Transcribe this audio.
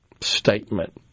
statement